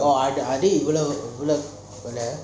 oh are they இவ்ளோ இவ்ளோ ஒரு:ivlo ivlo oru